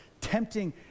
tempting